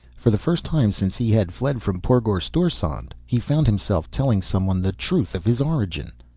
for the first time since he had fled from porgorstorsaand he found himself telling someone the truth of his origin.